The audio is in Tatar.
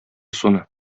суны